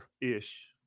ish